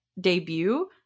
debut